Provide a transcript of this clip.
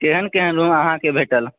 केहन केहन रूम अहाँके भेटत